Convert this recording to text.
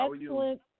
excellent